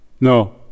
no